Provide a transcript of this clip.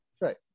Right